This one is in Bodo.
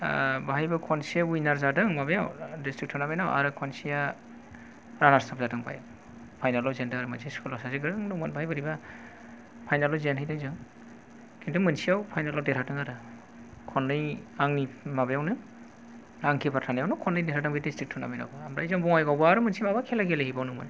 बेहायबो खनसे विनार जादों माबायाव दिस्ट्रिक्ट टुरनामेन्ट आव आरो खनसेया रानार्स आप जादों ओमफ्राय फाइनेल आव जेनदों आरो मोनसे स्कुल आव सासे गोरों दंमोन बेहाय बोरैबा फाइनेल आव जेनहैदों जों खिन्थु मोनसेयाव फाइनेल आव देरहादों आरो खननै आंनि माबायावनो आं किपार थानायावनो खननै देरहादों बे दिस्ट्रिक्ट टुरनामेन्ट आव ओमफ्राय जों बङायगावआवबो माबा मोनसे खेला गेलेहैबावदोंमोन